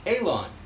Alon